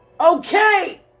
Okay